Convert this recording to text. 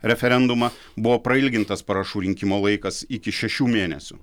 referendumą buvo prailgintas parašų rinkimo laikas iki šešių mėnesių